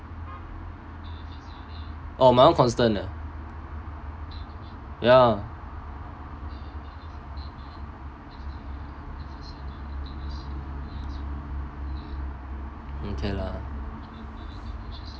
amount constant ah ya okay lah